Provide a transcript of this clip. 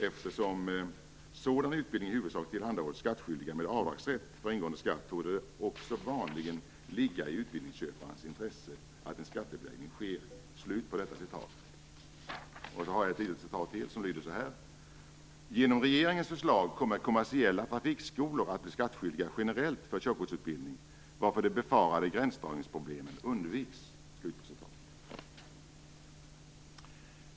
Eftersom sådan utbildning i huvudsak tillhandahålls skattskyldiga med avdragsrätt för ingående skatt, torde det också vanligen ligga i utbildningsköparens intresse att en skattebeläggning sker." Sedan har jag ett litet citat till som lyder så här: "Genom regeringens förslag kommer kommersiella trafikskolor att bli skattskyldiga generellt för körkortsutbildning, varför de befarade gränsdragningsproblemen undviks."